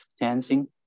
dancing